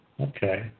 Okay